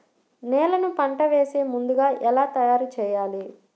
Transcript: నేలను పంట వేసే ముందుగా ఎలా తయారుచేయాలి?